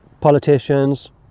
politicians